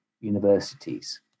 universities